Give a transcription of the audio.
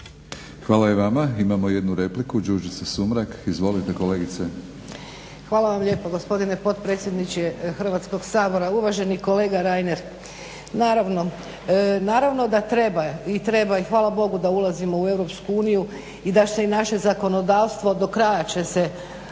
Hvala i vama. Imamo jednu repliku. **Sumrak, Đurđica (HDZ)** Hvala vam lijepo gospodine potpredsjedniče Hrvatskoga sabora. Uvaženi kolega Reiner, naravno, naravno da treba i treba i hvala Bogu da ulazimo u Europsku uniju i da se i naše zakonodavstvo do kraja će se prilagoditi